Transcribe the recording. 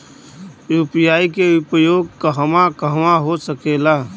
UPI के उपयोग कहवा कहवा हो सकेला?